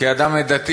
כאדם דתי,